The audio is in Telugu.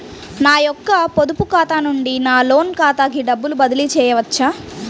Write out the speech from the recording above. నా యొక్క పొదుపు ఖాతా నుండి నా లోన్ ఖాతాకి డబ్బులు బదిలీ చేయవచ్చా?